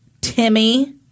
Timmy